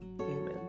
Amen